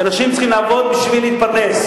שאנשים צריכים לעבוד בשביל להתפרנס,